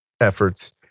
efforts